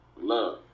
Love